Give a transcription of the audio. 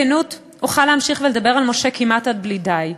בכנות, אוכל להמשיך לדבר על משה כמעט עד בלי די.